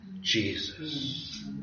Jesus